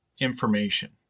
information